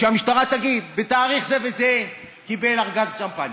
שהמשטרה תגיד: בתאריך זה וזה קיבל ארגז שמפניה.